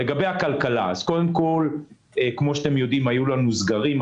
לגבי הכלכלה כפי שאתם יודעים, היו לנו סגרים.